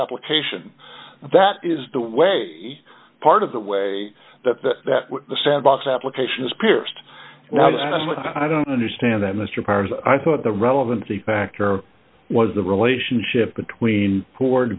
application that is the way part of the way that the sandbox application is pierced i don't understand that mr parr's i thought the relevancy factor was the relationship between po